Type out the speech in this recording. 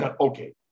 Okay